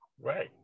Right